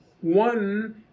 one